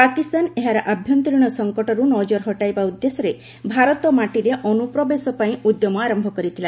ପାକିସ୍ତାନ ଏହାର ଆଭ୍ୟନ୍ତରୀଣ ସଙ୍କଟରୁ ନଜର ହଟେଇବା ଉଦ୍ଦେଶ୍ୟରେ ଭାରତ ମାଟିରେ ଅନୁପ୍ରବେଶ ପାଇଁ ଉଦ୍ୟମ ଆରମ୍ଭ କରିଥିଲା